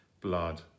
blood